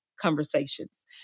conversations